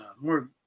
more